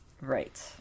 Right